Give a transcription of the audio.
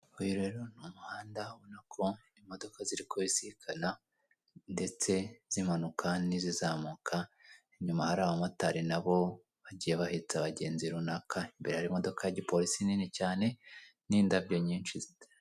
Ni muri gare hari haparitse imodoka za kwasiteri zikoreshwa na ajanse ya sitela.